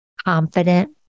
Confident